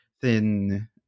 thin